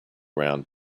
round